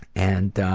and